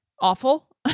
awful